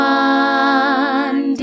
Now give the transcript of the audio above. one